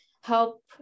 help